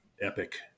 epic